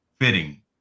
fitting